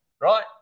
right